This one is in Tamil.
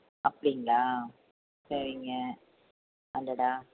அப்படீங்களா சரிங்க அடடா